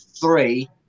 three